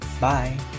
bye